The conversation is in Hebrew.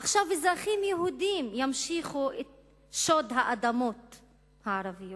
עכשיו אזרחים יהודים ימשיכו את שוד האדמות הערביות.